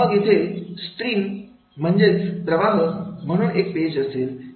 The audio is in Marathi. मग तिथे स्त्रीम म्हणजे प्रवाह म्हणून एक पेज असेल